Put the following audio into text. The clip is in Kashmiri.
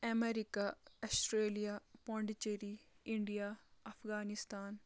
America Australia Pondicherry India Afghanistan